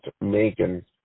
Megan